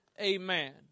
Amen